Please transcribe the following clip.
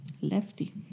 Lefty